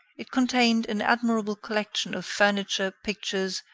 it contained an admirable collection of furniture, pictures,